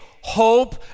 hope